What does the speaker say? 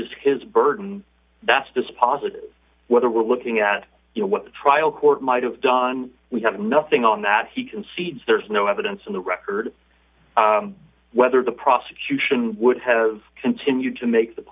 it is his burden that's dispositive whether we're looking at you know what the trial court might have done we have nothing on that he concedes there's no evidence on the record whether the prosecution would have continued to make the